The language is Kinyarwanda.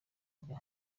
rya